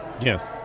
Yes